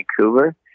Vancouver